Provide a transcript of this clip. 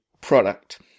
product